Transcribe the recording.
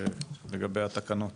לגבי התקנות